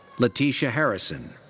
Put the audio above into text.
leteasha harrison.